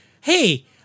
Hey